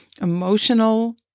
emotional